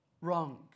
wrong